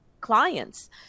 clients